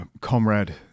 Comrade